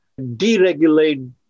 deregulate